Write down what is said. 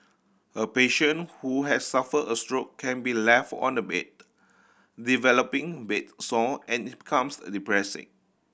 a patient who has suffered a stroke can be left on the bed developing bed sore and comes depressing